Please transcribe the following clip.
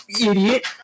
idiot